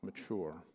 mature